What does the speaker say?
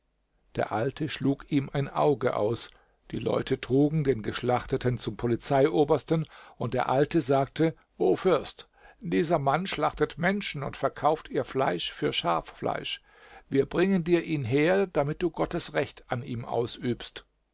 der alte schlug ihm ein auge aus die leute trugen den geschlachteten zum polizeiobersten und der alte sagte o fürst dieser mann schlachtet menschen und verkauft ihr fleisch für schaffleisch wir bringen dir ihn her damit du gottes recht an ihm ausübst